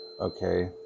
okay